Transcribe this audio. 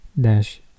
dash